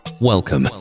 Welcome